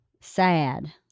sad